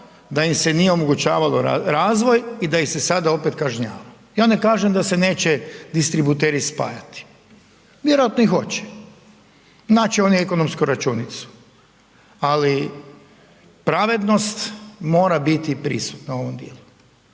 da im se nije omogućavao razvoj i da ih se sada opet kažnjava. Ja ne kažem da se neće distributeri spajati, vjerojatno i hoće, naći će oni ekonomsku računicu, ali pravednost mora biti prisutna u ovom dijelu